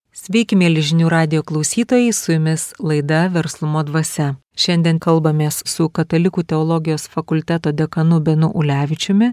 sveiki mieli žinių radijo klausytojai su jumis laida verslumo dvasia šiandien kalbamės su katalikų teologijos fakulteto dekanu benu ulevičiumi